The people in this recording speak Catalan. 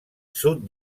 sud